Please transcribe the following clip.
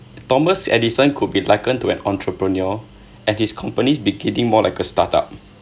thomas edison could be likened to an entrepreneur and his companies beginning more like a startup